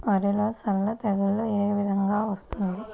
వరిలో సల్ల తెగులు ఏ విధంగా వస్తుంది?